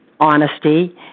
honesty